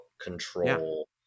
control